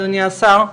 אדוני השר,